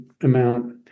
amount